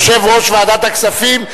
יושב-ראש ועדת הכספים,